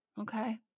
Okay